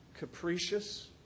Capricious